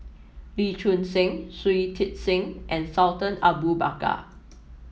Lee Choon Seng Shui Tit Sing and Sultan Abu Bakar